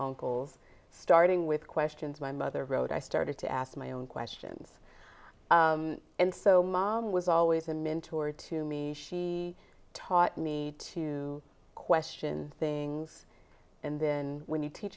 uncle starting with questions my mother wrote i started to ask my own questions and so mom was always a mentor to me she taught me to question things and then when you teach